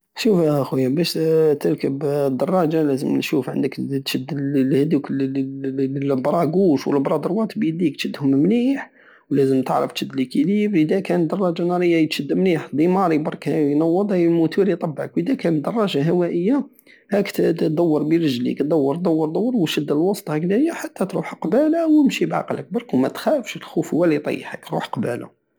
شوف ا خويا بش تركب الدراجة لازم عندك تشد اليدك البرى قوش والبرى دروات بيديك تشدهم مليح ولازم تعرف تشد ليكيليبر وادا كانت دراجة نارية تشد مليح ديماري برك نوض هاي الموتور يطبعك وادا كانت دراجة هوائية هاك تدور بي رجليك الدور دور الدرو وشد الوسط هكداية حتى تروح قبالة ومشي بعقلك ومتخافش الخوف هو الي يطيحك روح قبالة